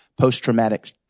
post-traumatic